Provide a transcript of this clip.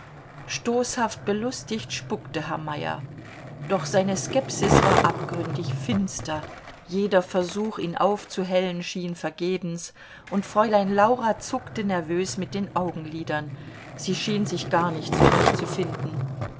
stoßhaft belustigt spuckte herr meyer doch seine skepsis war abgründig finster jeder versuch ihn aufzuhellen schien vergebens und fräulein laura zuckte nervös mit den augenlidern sie schien sich gar nicht zurechtzufinden